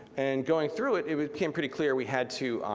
and going through it, it became pretty clear we had to,